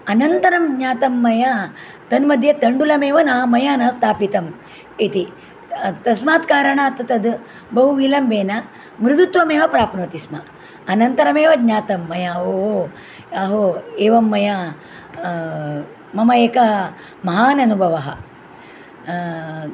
अनन्तरं ज्ञातं मया तन्मध्ये तण्डुलमेव ना मया न स्थापितम् इति तस्मात् कारणात् तत् बहु विलम्बेन मृदुत्वमेव प्राप्नोति स्म अनन्तरमेव ज्ञातं मया ओहो अहो एवं मया मम एकः महान् अनुभवः